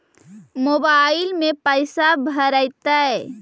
Mobile में पैसा भरैतैय?